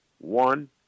one